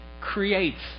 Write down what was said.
creates